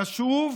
חשוב,